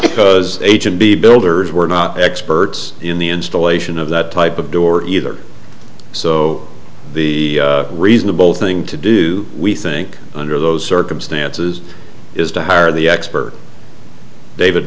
because agent b builders were not experts in the installation of that type of door either so the reasonable thing to do we think under those circumstances is to hire the expert david